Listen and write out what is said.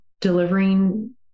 delivering